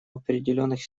определенных